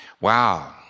Wow